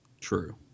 True